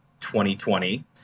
2020